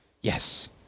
Yes